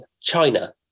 China